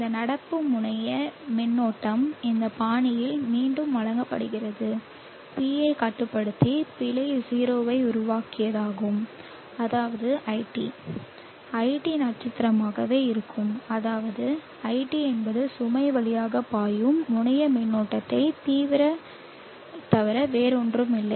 இந்த நடப்பு முனைய மின்னோட்டம் இந்த பாணியில் மீண்டும் வழங்கப்படுகிறது PI கட்டுப்படுத்தி பிழை 0 ஐ உருவாக்குவதாகும் அதாவது iT iT நட்சத்திரமாகவே இருக்கும் அதாவது iT என்பது சுமை வழியாக பாயும் முனைய மின்னோட்டத்தைத் தவிர வேறொன்றுமில்லை